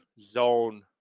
zone